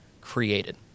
created